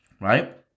right